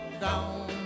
down